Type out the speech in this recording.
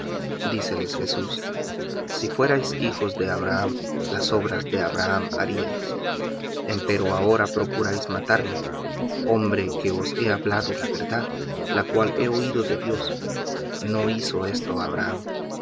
díceles jesús si fuerais hijos de abraham las obras de abraham harías empero ahora procuráis matarme hombre que os he hablado la verdad la cual he oído de dios no hizo esto abraham